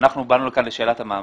אנחנו באנו לכאן לשאלת המעמד.